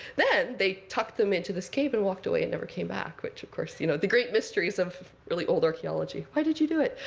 then they tucked them into this cave and walked away and never came back, which, of course, you know the great mysteries of really old archeology. why did you do it?